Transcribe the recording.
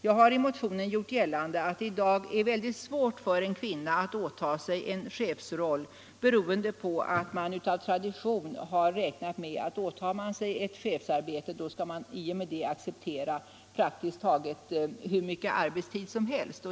Jag har i motionen gjort gällande att det är svårt för kvinnor att åta sig en chefsroll, beroende på att man av tradition räknar med att den som åtar sig ett chefsarbete skall acceptera att arbeta praktiskt taget hur mycket som helst.